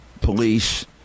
police